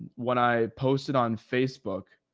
when i posted on facebook,